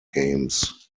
games